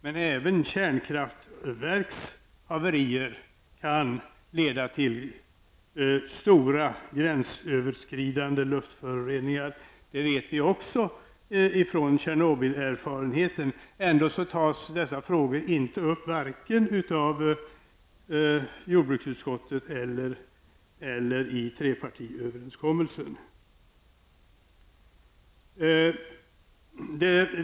Men även haverier i kärnkraftverk kan leda till stora gränsöverskridande luftföroreningar. Det har vi också erfarenhet av efter Tjernobylolyckan. Ändå tas inte dessa frågor upp vare sig av jordbruksutskottet eller i trepartiöverenskommelsen.